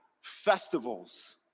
festivals